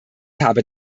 habe